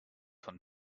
von